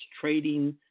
trading